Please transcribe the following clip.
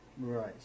Right